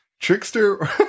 Trickster